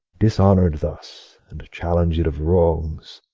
dishonoured thus, and challenged of wrongs?